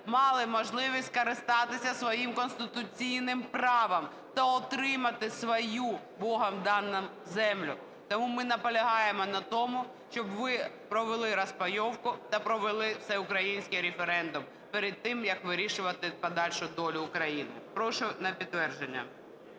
мали можливості скористатися своїм конституційним правом та отримати свою, Богом дану, землю. Тому ми наполягаємо на тому, щоб ви повели розпайовку та провели всеукраїнський референдум перед тим, як вирішувати подальшу долю України. Прошу на підтвердження.